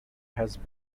has